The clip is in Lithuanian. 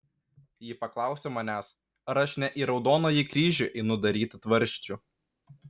ji paklausė manęs ar aš ne į raudonąjį kryžių einu daryti tvarsčių